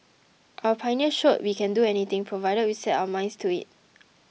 our pioneers showed we can do anything provided we set our minds to it